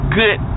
good